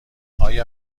آیا